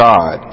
God